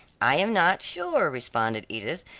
i am not sure, responded edith,